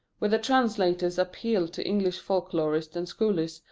where the translators appealed to english folk-lorists and scholars,